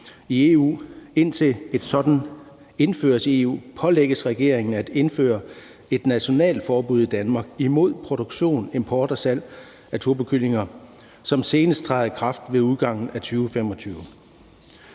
Indtil et sådant indføres i EU, pålægges regeringen at indføre et nationalt forbud i Danmark imod produktion, import og salg af turbokyllinger, som senest træder i kraft ved udgangen af 2025.«